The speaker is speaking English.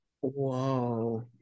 whoa